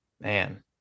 Man